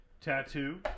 tattoo